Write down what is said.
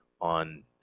on